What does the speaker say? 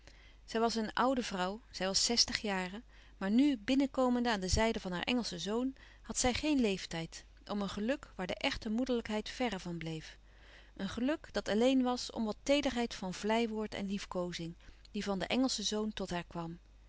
zij was een oude vrouw zij was zestig jaren maar nu binnenkomende aan de zijde van haar engelschen zoon had zij geen leeftijd om een geluk waar de echte moederlijkheid verre van bleef een geluk dat alleen was om wat teederheid van vleiwoord en liefkoozing die van den engelschen zoon tot haar kwam